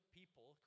people